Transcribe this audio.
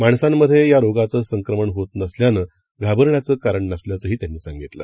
माणसांमध्येयारोगाचंसंक्रमणहोतनसल्यानंघाबरण्याचंकारणनसल्याचंहीत्यांनीसांगितलं